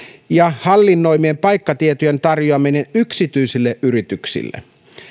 ja hallinnoimien paikkatietojen tarjoaminen yksityisille yrityksille